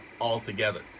altogether